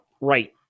Right